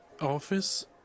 office